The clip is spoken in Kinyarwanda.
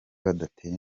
badatera